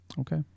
Okay